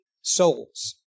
souls